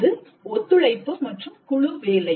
அது ஒத்துழைப்பு மற்றும் குழு வேலை